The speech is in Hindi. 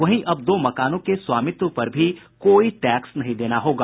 वहीं अब दो मकानों के स्वामित्व पर भी कोई टैक्स नहीं देना होगा